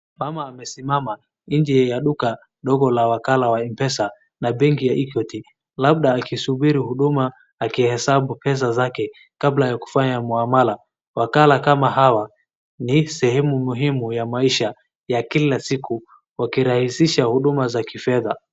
Mama amesimama nje ya duka dogo la wakala wa M-pesa, na benki ya Equity. Labda akisubiri huduma akihesabu pesa zake kabla ya kufanya muamala. Wakala kama hawa ni sehemu muhimu ya maisha ya kila siku, wakirahisisha huduma za kifedha.